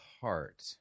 heart